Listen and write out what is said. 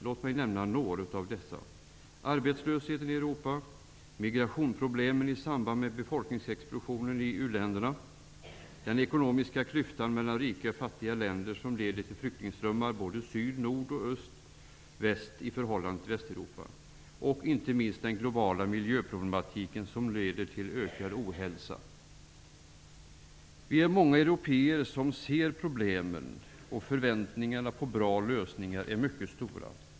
Låt mig nämna några av dessa områden: -- Den ekonomiska klyftan mellan rika och fattiga länder som leder till flyktingströmmar både sydnord och öst-väst i förhållande till Västeuropa. -- De globala miljöproblemen som leder till ökad ohälsa. Vi är många européer som ser problemen, och förväntningarna på bra lösningar är mycket stora.